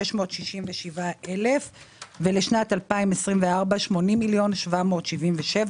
66,667,000 שקלים ולשנת 2024 היא עומדת על 80,777,000